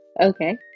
okay